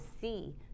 see